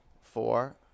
four